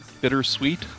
Bittersweet